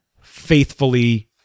faithfully